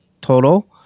total